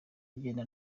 agenda